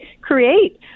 create